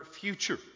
future